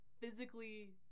physically